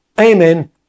Amen